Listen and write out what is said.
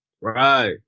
Right